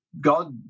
God